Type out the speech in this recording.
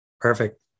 Perfect